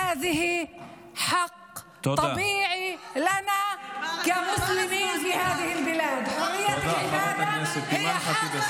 זוהי זכות טבעית שלנו כמוסלמים במדינה הזאת.) עבר הזמן.